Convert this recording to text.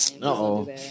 No